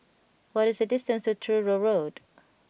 what is the distance to Truro Road